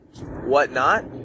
whatnot